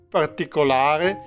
particolare